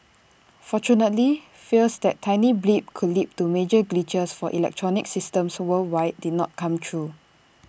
fortunately fears that tiny blip could lead to major glitches for electronic systems worldwide did not come true